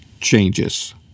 changes